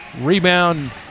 Rebound